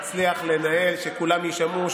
הוא הצליח לנהל כך שכולם יישמעו,